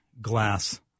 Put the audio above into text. glass